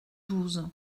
douze